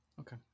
Okay